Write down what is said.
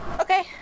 Okay